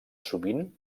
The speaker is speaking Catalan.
sovint